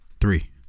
three